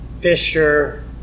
Fisher